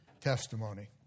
testimony